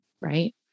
right